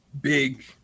big